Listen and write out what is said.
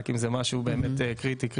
רק אם זה משהו באמת קריטי.